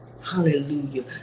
Hallelujah